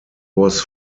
was